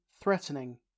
threatening